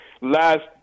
Last